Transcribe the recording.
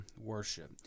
worship